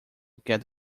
get